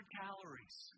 calories